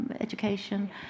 education